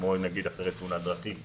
כמו אחרי תאונת דרכים למשל.